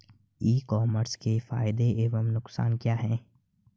ई commerce के फायदे एवं नुकसान क्या हैं?